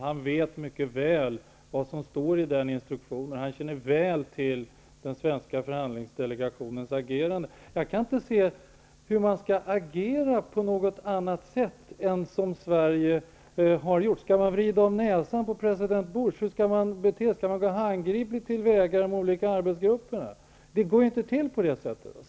Han vet mycket väl vad som står i den instruktionen, och han känner väl till den svenska förhandlingsdelegationens agerande. Jag kan inte se hur man skulle kunna agera på något annat sätt än så som Sverige har gjort. Skall man vrida om näsan på president Bush? Hur skall man bete sig? Skall man gå handgripligt till väga i de olika arbetsgrupperna? Det går inte till på det sättet.